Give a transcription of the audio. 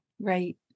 Right